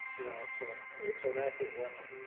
so it's an accurate weapon.